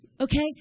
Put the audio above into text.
Okay